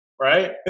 right